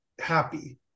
happy